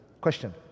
Question